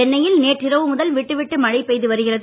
சென்னையில் நேற்றிரவு முதல் விட்டுவிட்டு மழை பெய்து வருகிறது